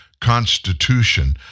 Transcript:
constitution